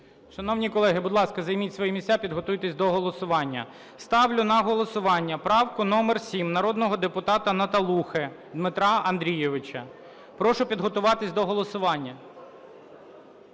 Шановні колеги, будь ласка, займіть свої місця, підготуйтесь до голосування. Ставлю на голосування правку номер 7 народного депутата Наталухи Дмитра Андрійовича. Прошу підготуватись до голосування.